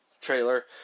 trailer